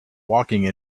walking